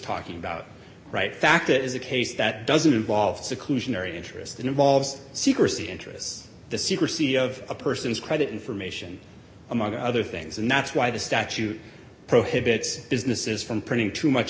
talking about right fact it is a case that doesn't involve seclusion very interested involved secrecy interests the secrecy of a person's credit information among other things and that's why the statute prohibits businesses from printing too much